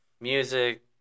Music